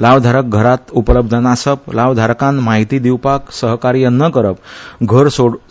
लावधारक घरांत उपलब्ध नासप लावधारकान म्हायती दिवपाक सहकार्य न करप घर